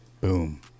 boom